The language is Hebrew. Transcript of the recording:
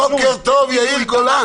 בוקר טוב, יאיר גולן.